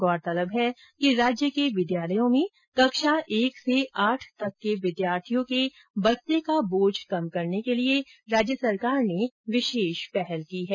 गौरतलब है कि राज्य के विद्यालयों में कक्षा एक से आठ तक के विद्यार्थियों के बस्ते का बोझ कम करने के लिए राज्य सरकार ने विशेष पहल की है